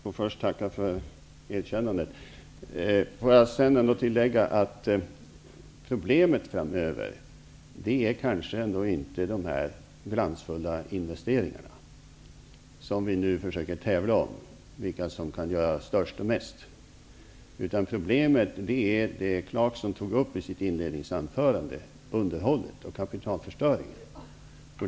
Herr talman! Jag får först tacka för erkännandet. Får jag sedan tillägga att problemet framöver kanske ändå inte är de glansfulla investeringarna, som vi nu försöker tävla om vem som kan göra störst och flest. Problemet är det som Clarkson tog upp i sitt inledningsanförande, nämligen underhållet och kapitalförstöringen.